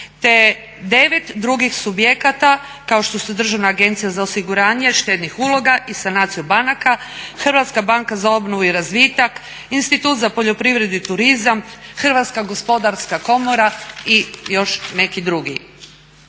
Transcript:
te 9 drugih subjekata kao što su Državna agencija za osiguranje štednih uloga i sanaciju banaka, Hrvatska banka za obnovu i razvitak, Institut za poljoprivredu i turizam, Hrvatska gospodarska komora i još neki drugi.